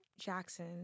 Jackson